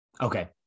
okay